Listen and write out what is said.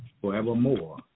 forevermore